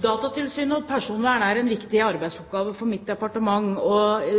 Datatilsynet og personvernet er en viktig arbeidsoppgave for mitt departement.